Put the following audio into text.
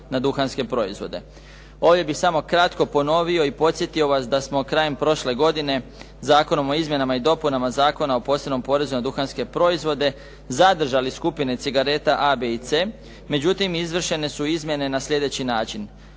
na duhanske proizvode. Ovdje bih samo kratko ponovio i podsjetio vas da smo krajem prošle godine Zakonom o izmjenama i dopunama Zakona o posebnom porezu na duhanske proizvode zadržali skupine cigareta A, B i C. Međutim, izvršene su izmjene na sljedeći način.